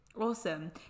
Awesome